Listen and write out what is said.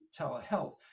telehealth